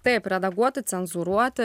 taip redaguoti cenzūruoti